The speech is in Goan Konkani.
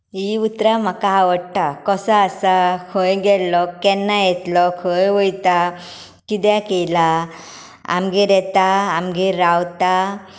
हीं उतरां म्हाका आवडटा कसो आसा खंय गेल्लो केन्ना येतलो खंय वयता कित्याक येयला आमगेर येता आमगेर रावता